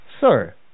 Sir